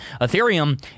Ethereum